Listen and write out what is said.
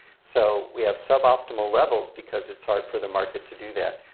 so, we have suboptimal levels because it's hard for the market to do that.